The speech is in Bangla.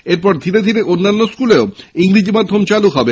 এরপর ধীরে ধীরে অন্যান্য স্কুলেও ইংরেজী মাধ্যম চালু হবে